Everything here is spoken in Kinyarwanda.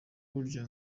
burya